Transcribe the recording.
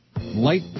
light